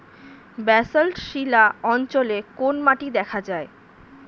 Basalt শিলা অঞ্চলে কোন মাটি দেখা যায়?